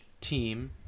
team